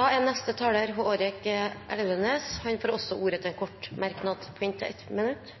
Representanten Hårek Elvenes har hatt ordet to ganger tidligere og får ordet til en kort merknad,